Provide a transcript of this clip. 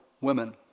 women